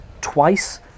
twice